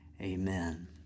amen